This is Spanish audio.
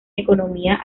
economía